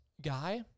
guy